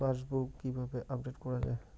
Passbook কিভাবে update করা হয়?